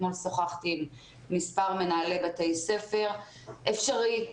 אתמול שוחחתי עם מספר מנהלי בתי ספר וזה אפשרי.